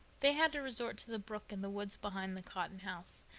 they had to resort to the brook in the woods behind the cotton house.